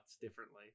differently